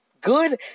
Good